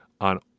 on